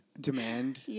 demand